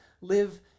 live